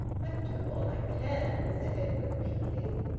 i do all i can, said edwin meekly.